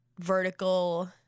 vertical